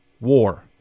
War